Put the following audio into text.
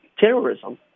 terrorism